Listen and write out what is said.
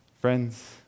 Friends